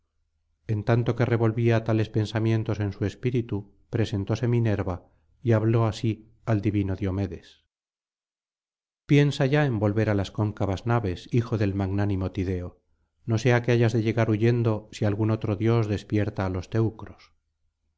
en tanto que revolvía tales pensamientos en su espíritu presentóse minerva y habló así al divino diomedes piensa ya en volver á las cóncavas naves hijo del magnánimo tideo no sea que hayas de llegar huyendo si algún otro dios despierta á los teucros